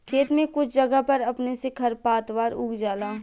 खेत में कुछ जगह पर अपने से खर पातवार उग जाला